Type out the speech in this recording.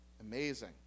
Amazing